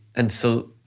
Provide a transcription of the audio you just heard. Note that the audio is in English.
and so,